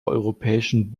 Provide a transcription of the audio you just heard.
europäischen